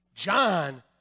John